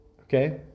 Okay